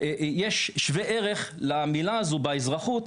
יש שווה ערך למילה הזאת באזרחות